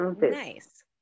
Nice